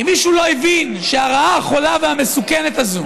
אם מישהו לא הבין שהרעה החולה והמסוכנת הזאת